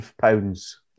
pounds